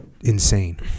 Insane